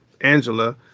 Angela